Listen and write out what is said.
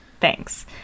Thanks